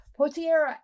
Potiera